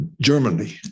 Germany